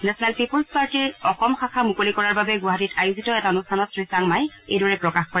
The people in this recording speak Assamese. নেশ্যনেল পিপুল্ছ পাৰ্টীৰ অসম শাখা মুকলি কৰাৰ বাবে গুৱাহাটীত আয়োজিত এটা অনুষ্ঠানত শ্ৰীচাংমাই এইদৰে প্ৰকাশ কৰে